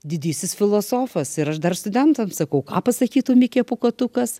didysis filosofas ir aš dar studentams sakau ką pasakytų mikė pūkuotukas